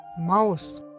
mouse